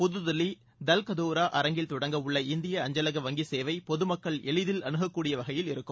புதுதில்லி தல்கதோரா அரங்கில் தொடங்கவுள்ள இந்திய அஞ்சலக வங்கி சேவை பொதுமக்கள் எளிதில் அணுககூடிய வகையில் இருக்கும்